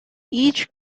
each